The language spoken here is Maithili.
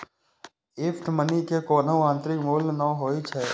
फिएट मनी के कोनो आंतरिक मूल्य नै होइ छै